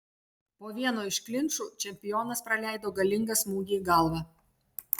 po vieno iš klinčų čempionas praleido galingą smūgį į galvą